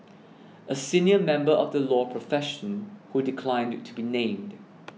a senior member of the law profession who declined to be named